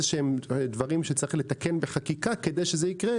דברים שצריך לתקן בחקיקה כדי שזה יקרה,